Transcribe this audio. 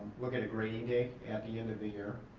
look at a grading day at the end of the year,